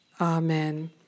Amen